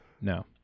No